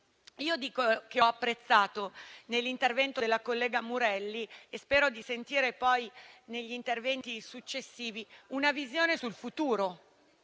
provvedimenti. Ho apprezzato nell'intervento della collega Murelli - e spero di sentirla anche negli interventi successivi - una visione sul futuro,